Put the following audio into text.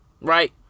Right